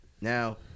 Now